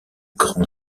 grand